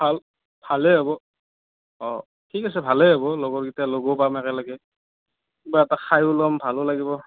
ভাল ভালে হ'ব অ ঠিক আছে ভালে হ'ব লগৰকেইটাক লগো পাম একেলগে কিবা এটা খায়ো ল'ম ভালো লাগিব